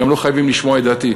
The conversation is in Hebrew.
גם לא חייבים לשמוע את דעתי.